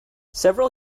several